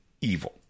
evil